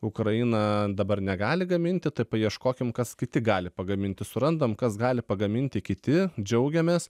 ukraina dabar negali gaminti tai paieškokim kas kiti gali pagaminti surandam kas gali pagaminti kiti džiaugiamės